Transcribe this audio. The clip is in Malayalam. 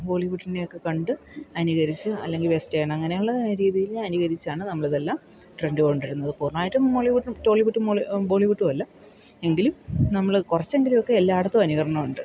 ബോളിവുഡിൻ്റെയൊക്കെ കണ്ട് അനുകരിച്ച് അല്ലെങ്കിൽ വെസ്റ്റേൺ അങ്ങനെയുള്ള രീതിയിൽ അനുകരിച്ചാണ് നമ്മളിതെല്ലാം ട്രെൻ്റ് കൊണ്ടുവരുന്നതിപ്പോൾ പൂർണ്ണമായിട്ടും മോളിവുഡും ടോളിവുഡും ബോളിവുഡും അല്ല എങ്കിലും നമ്മൾ കുറച്ചെങ്കിലുമൊക്കെ എല്ലായിടത്തും അനുകരണമുണ്ട്